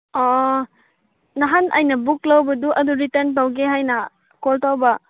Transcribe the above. ꯅꯍꯥꯟ ꯑꯩꯅ ꯕꯨꯛ ꯂꯧꯕꯗꯨ ꯑꯗꯨ ꯔꯤꯇꯔꯟ ꯇꯧꯒꯦ ꯍꯥꯏꯅ ꯀꯣꯜ ꯇꯧꯕ